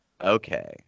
Okay